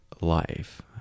life